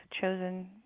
chosen